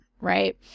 Right